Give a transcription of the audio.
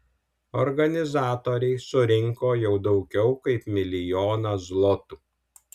organizatoriai surinko jau daugiau kaip milijoną zlotų